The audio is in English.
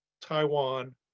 Taiwan